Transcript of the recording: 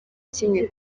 kimwe